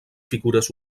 figures